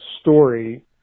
story